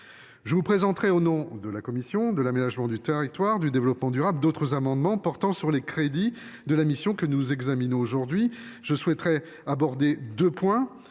Je vous présenterai, au nom de la commission de l’aménagement du territoire et du développement durable, d’autres amendements portant sur les crédits de la mission que nous examinons aujourd’hui. Je souhaite aborder deux points